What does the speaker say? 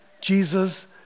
Jesus